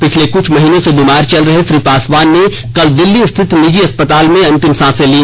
पिछले कुछ महीनों से बीमार चल रहे श्री पासवान ने कल दिल्ली स्थित निजी अस्पताल में अंतिम सांसे ली